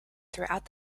throughout